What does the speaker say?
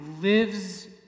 lives